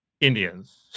Indians